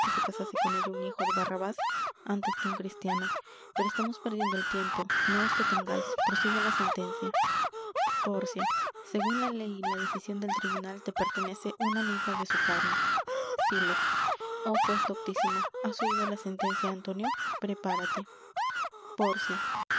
se casase con ella un hijo de barrabas antes que un cristiano pero estamos perdiendo el tiempo no os detengais prosiga la sentencia pórcia segun la ley y la decision del tribunal te pertenece una libra de su carne sylock oh juez doctísimo has oido la sentencia antonio prepárate ilustración el